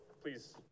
please